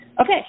Okay